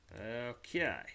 Okay